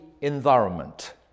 environment